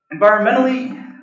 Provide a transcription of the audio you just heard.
environmentally